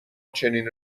چنین